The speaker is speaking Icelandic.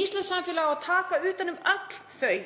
Íslenskt samfélag á að taka utan um öll þau